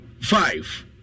five